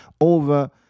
over